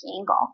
angle